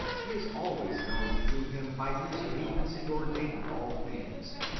he is always known through him by whose means he ordained all things.